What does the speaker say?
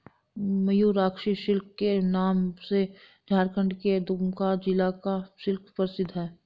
Mayurakshi silk के नाम से झारखण्ड के दुमका जिला का सिल्क प्रसिद्ध है